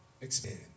expand